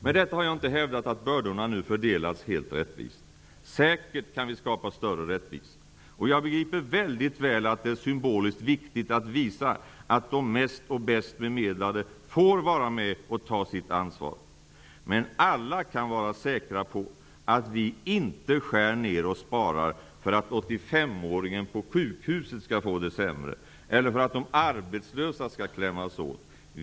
Med detta har jag inte hävdat att bördorna nu fördelats helt rättvist. Säkert kan vi skapa större rättvisa. Jag begriper väldigt väl att det är symboliskt viktigt att visa att de mest och bäst bemedlade får vara med och ta sitt ansvar. Men alla kan vara säkra på att vi inte skär ner och sparar för att exempelvis 85-åringen på sjukhuset skall få det sämre eller för att de arbetslösa skall klämmas åt.